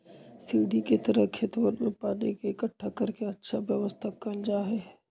सीढ़ी के तरह खेतवन में पानी के इकट्ठा कर के अच्छा व्यवस्था कइल जाहई